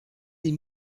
des